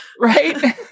right